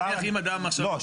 לא,